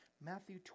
Matthew